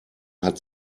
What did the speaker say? hat